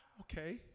Okay